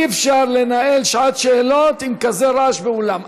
אי-אפשר לנהל שעת שאלות עם רעש כזה באולם.